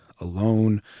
alone